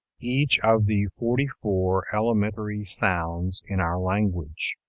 each of the forty-four elementary sounds in our language.